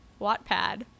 Wattpad